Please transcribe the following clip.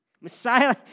Messiah